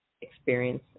experience